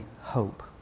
hope